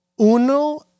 Uno